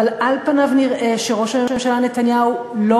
אבל על פניו נראה שראש הממשלה נתניהו לא